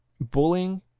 bullying